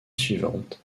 suivante